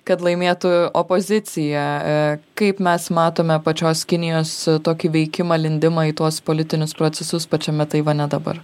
kad laimėtų opozicija e kaip mes matome pačios kinijos tokį veikimą lindimą į tuos politinius procesus pačiame taivane dabar